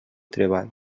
treball